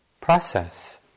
process